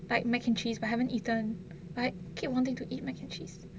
like macaroni and cheese but haven't eaten but keep wanting to eat macaroni and cheese